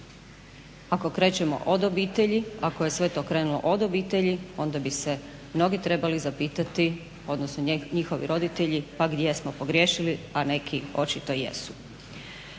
Ako krećemo od obitelji ako je to sve krenulo od obitelji onda bi se mnogi trebali zapitati odnosno njihovi roditelji pa gdje smo pogriješili a neki očito jesu.